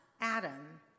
Adam